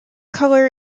color